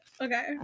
okay